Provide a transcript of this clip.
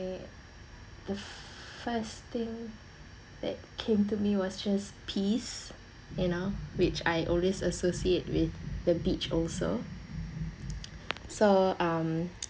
the first thing that came to me was just peace you know which I always associate with the beach also so um